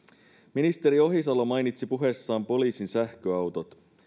ministeri ohisalo mainitsi puheessaan poliisin sähköautot